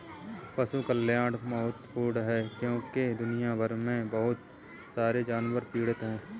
पशु कल्याण महत्वपूर्ण है क्योंकि दुनिया भर में बहुत सारे जानवर पीड़ित हैं